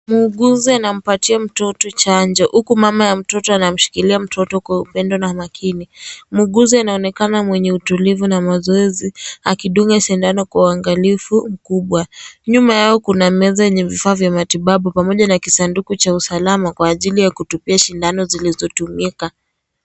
Muuguzi anampatia mtoto chanjo huku mama wa mtoto akimshikilia mtoto upendo na maakini. Muuguzi anaonekana mwenye utulivu na mazoezi, akidunga sindano kwa uangalifu mkubwa. Nyuma yao kuna meza yenye vifaa vya matibabu pamoja na kisanduka cha usalama ya kutupia sindano zilizo tumika.